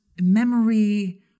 memory